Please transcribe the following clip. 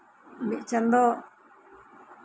ᱢᱤᱫ ᱪᱟᱸᱫᱚ